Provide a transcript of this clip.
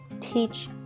teach